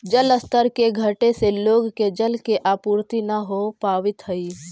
जलस्तर के घटे से लोग के जल के आपूर्ति न हो पावित हई